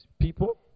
people